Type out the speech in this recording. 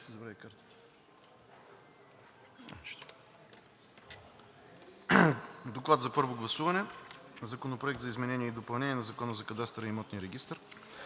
първо и второ гласуване на Законопроекта за изменение и допълнение на Закона за кадастъра и имотния регистър.